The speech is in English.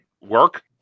Work